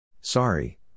sorry